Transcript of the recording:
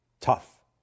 Tough